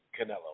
Canelo